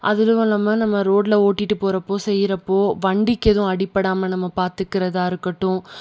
அதுவும் இல்லாமல் நம்ம ரோட்டில் ஓட்டிகிட்டு போகிறப்போ செய்கிறப்போ வண்டிக்கு எதுவும் அடிபடாமல் நம்ம பார்த்துக்கறதா இருக்கட்டும்